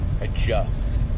adjust